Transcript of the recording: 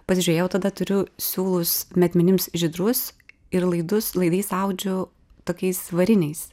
pasižiūrėjau tada turiu siūlus metmenims žydrus ir laidus laidais audžiu tokiais variniais